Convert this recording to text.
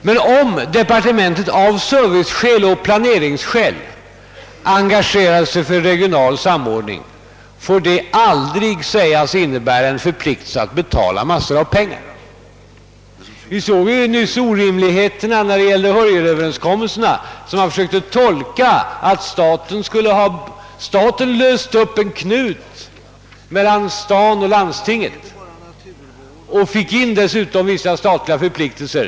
Men om departementet av serviceoch planeringsskäl engagerar sig i regional samordning, får detta aldrig sägas innebära en förpliktelse att betala en mängd pengar. Vi såg nyss orimligheter i försöken att misstolka Hörjelöverenskommelsen. Man försökte tolka den så att staten löst upp en knut mellan stad och landsting och dessutom iklätt sig vissa förpliktelser.